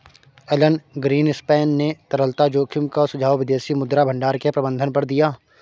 Elon Greenspan ने तरलता जोखिम का सुझाव विदेशी मुद्रा भंडार के प्रबंधन पर दिया